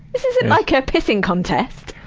this isn't like a pissing contest!